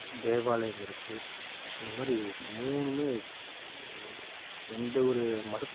தேவாலயம் இருக்குது இந்த மாதிரி மூணுமே எந்த ஒரு மத